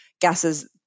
gases